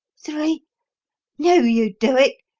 three knew you'd do it!